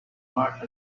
part